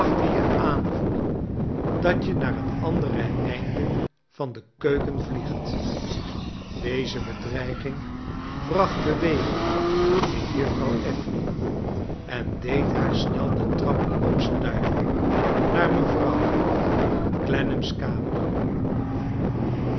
je aan voelen dat je naar het andere eincle van de keuken vliegt deze bedreiging bracht beweging in juffrouw affery en deed haar snel de trap opstuiven naar mevrouw clennam's kamer